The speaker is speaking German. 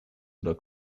oder